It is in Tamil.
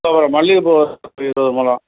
ஆ ஒரு மல்லிகைப் பூ ஒரு இருபது மொழம்